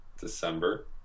December